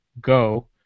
Go